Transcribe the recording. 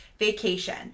vacation